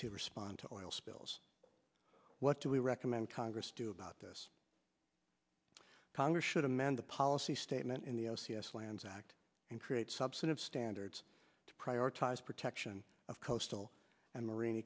to respond to all spills what do we recommend congress do about this congress should amend the policy statement in the o c s lands act and create substantive standards to prioritize protection of coastal and marine